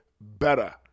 better